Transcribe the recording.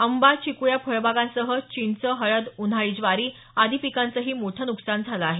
आंबा चिकु या फळबागांसह चिंच हळद ऊन्हाळी ज्वारी आदि पिकांच मोठं नुकसान झाले आहे